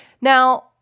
Now